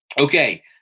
Okay